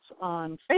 on